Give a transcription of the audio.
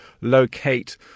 locate